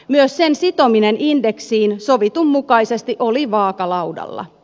myös sen sitominen indeksiin sovitun mukaisesti oli vaakalaudalla